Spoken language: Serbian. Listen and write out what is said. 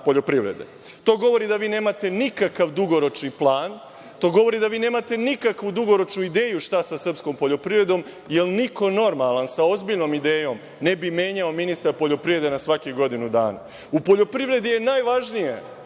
To govori da vi nemate nikakav dugoročni plan, to govori da vi nemate nikakvu dugoročnu ideju šta sa srpskom poljoprivredom, jer niko normalan sa ozbiljnom idejom, ne bi menjao ministra poljoprivrede na svakih godinu dana.U poljoprivredi je najvažnije